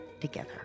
together